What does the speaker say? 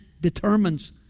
determines